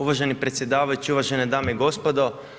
Uvaženi predsjedavajući, uvažene dame i gospodo.